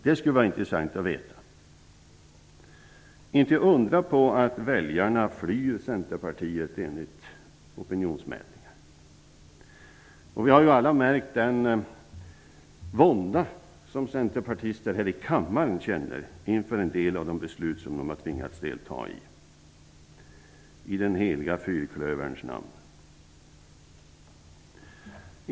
Det skulle vara intressant att veta. Det är inte att undra på att väljarna flyr Centerpartiet enligt opinionsmätningar. Vi har ju alla märkt den vånda som centerpartister här i kammaren känner inför en del av de beslut som de har tvingats delta i i den heliga fyrklöverns namn.